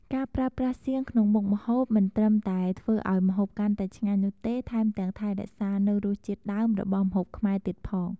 ការប្រើប្រាស់សៀងក្នុងមុខម្ហូប មិនត្រឹមតែធ្វើឱ្យម្ហូបកាន់តែឆ្ងាញ់នោះទេ ថែមទាំងថែរក្សានូវរសជាតិដើមរបស់ម្ហូបខ្មែរទៀតផង។